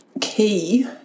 key